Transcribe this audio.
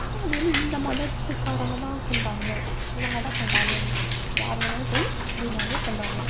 so அது வந்து இந்த மதத்துக்காரவங்க தான் கொண்டாடனும் இவங்க தான் கொண்டாடனும் யார் வேணுணாலும் போய் தீபாவளியை கொண்டாடலாம்